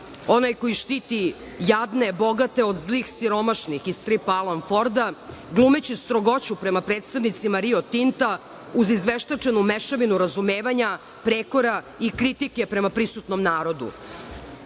onaj koji štiti jadne bogate od zlih siromašnih iz stripa Alana Forda, glumeći strogoću prema predstavnicima „Rio Tinta“, uz izveštačenu mešavinu razumevanja, prekora i kritike prema prisutnom